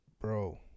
bro